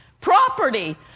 property